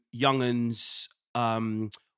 Youngun's